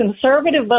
conservative